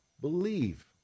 believe